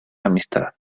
amistad